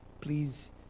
please